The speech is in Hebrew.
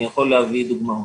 אני יכול להביא דוגמאות.